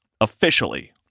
officially